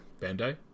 Bandai